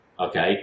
okay